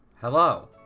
Hello